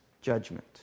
judgment